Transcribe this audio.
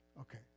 Okay